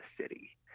city